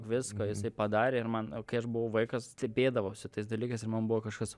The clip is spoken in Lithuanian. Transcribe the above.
visko jisai padarė ir man kai aš buvau vaikas stebėdavausi tais dalykais ir man buvo kažkas